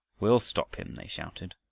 we'll stop him, they shouted.